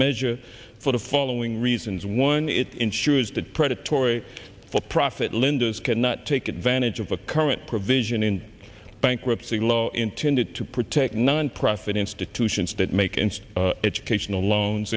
measure for the following reasons one it ensures that predatory for profit lynda's cannot take advantage of a current provision in bankruptcy law intended to protect nonprofit institutions that make and educational loans